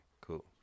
cool